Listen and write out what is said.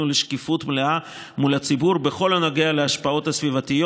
לשקיפות מלאה מול הציבור בכל הנוגע להשפעות הסביבתיות